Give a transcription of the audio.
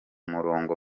murongo